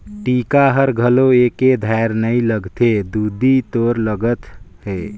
टीका हर घलो एके धार नइ लगथे दुदि तोर लगत हे